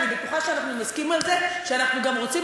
אני בטוחה שאנחנו נסכים על זה שאנחנו גם רוצים